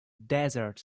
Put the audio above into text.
desert